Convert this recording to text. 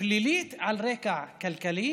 פלילית על רקע כלכלי.